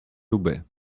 loubet